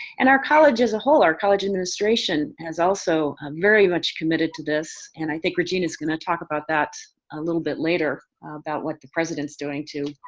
and our college as a whole, our college administration has also very much committed to this and i think regina's gonna talk about that a little bit later about what the president's doing to